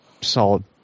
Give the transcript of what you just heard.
solid